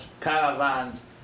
caravans